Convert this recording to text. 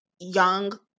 young